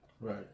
Right